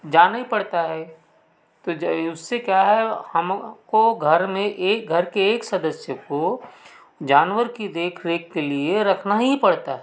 जाना ही पड़ता है तो जै उससे क्या है हम को घर में एक घर के एक सदस्य को जानवर की देख रेख के लिए रखना ही पड़ता है